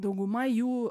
dauguma jų